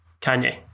Kanye